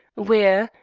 where,